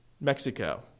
Mexico